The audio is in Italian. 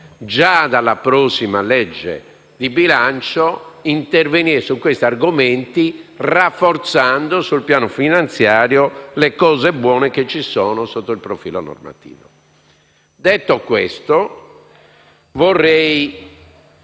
già dalla prossima legge di bilancio, intervenire su questi argomenti rafforzando sul piano finanziario le cose buone che ci sono sotto il profilo normativo. Detto questo, vorrei